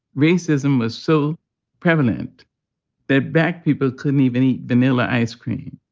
racism was so prevalent that black people couldn't eat any vanilla ice cream